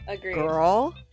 girl